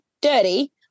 dirty